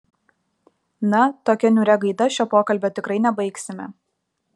na tokia niūria gaida šio pokalbio tikrai nebaigsime